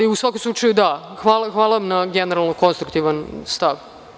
U svakom slučaju hvala vam na generalno konstruktivnom stavu.